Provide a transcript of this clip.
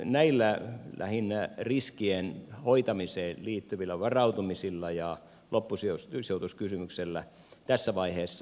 näillä lähinnä riskien hoitamiseen liittyvillä varautumisilla ja loppuisi jos kyse otus kysymyksellä loppusijoituskysymyksellä tässä vaiheessa